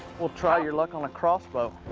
we'll try your luck on a crossbow.